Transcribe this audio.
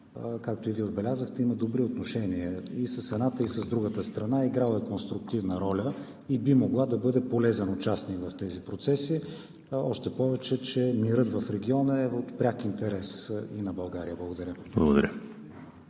както и Вие отбелязахте, България има добри отношения и с едната, и с другата страна, играла е конструктивна роля и би могла да бъде полезен участник в тези процеси, още повече че мирът в региона е от пряк интерес и на България? Благодаря.